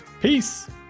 Peace